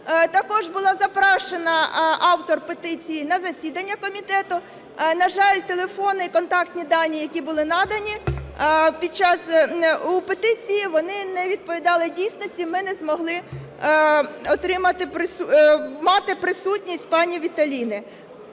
Також була запрошена автор петиції на засідання комітету, на жаль, телефони і контактні дані, які були надані в петиції, вони не відповідали дійсності, і ми не змогли мати присутність пані Віталіни.